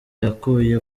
yakuye